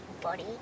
body